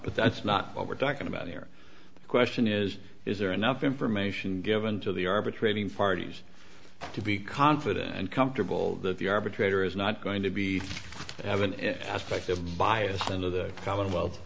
but that's not what we're talking about here the question is is there enough information given to the arbitrating parties to be confident and comfortable that the arbitrator is not going to be have an aspect of bias into the commonwealth